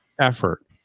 effort